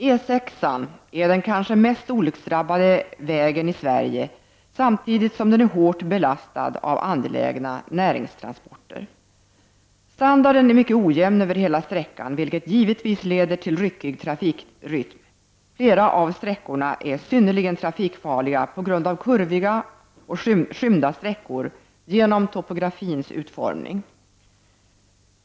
E 6 an är den kanske mest olycksdrabbade vägen i Sverige, samtidigt som den är hårt belastad av angelägna näringstransporter. Standarden är mycket ojämn över vägens hela utsträckning, vilket givetvis leder till ryckig trafikrytm. Flera av sträckorna är synnerligen trafikfarliga — kurviga och skymda sträckor på grund av topografins utformning.